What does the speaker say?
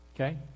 Okay